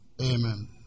amen